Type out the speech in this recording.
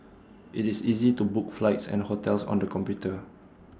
IT is easy to book flights and hotels on the computer